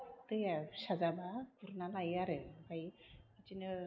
दैया फिसा जाबा गुरना लायो आरो आमफ्राय बिदिनो